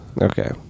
Okay